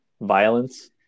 Violence